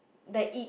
like it